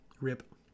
Rip